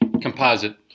composite